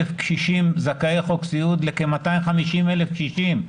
קשישים זכאי חוק סיעוד לכ-250,000 קשישים.